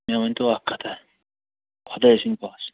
مےٚ ؤنۍتَو اکھ کتھا خۄداے سٕنٛدۍ پاسہٕ